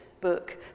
book